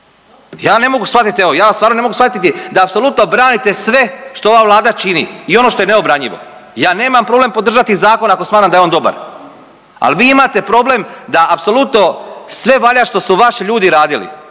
ne mogu shvatiti da apsolutno branite sve što ova Vlada čini i ono što je neobranjivo. Ja nemam problem podržati zakon ako smatram da je on dobar, ali vi imate problem da apsolutno sve valja što su vaši ljudi radili